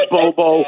Bobo